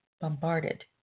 bombarded